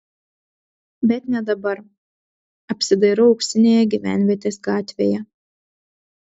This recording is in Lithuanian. bet ne dabar apsidairau auksinėje gyvenvietės gatvėje